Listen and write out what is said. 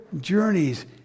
journeys